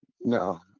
No